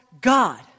God